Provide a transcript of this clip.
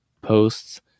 posts